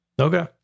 Okay